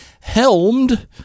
helmed